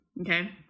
okay